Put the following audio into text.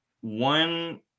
One